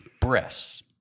breasts